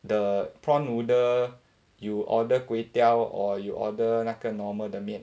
the prawn noodle you order kway teow or you order 那个 normal 的面